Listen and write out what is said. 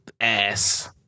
Ass